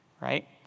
right